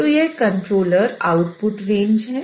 तो यह controller output range है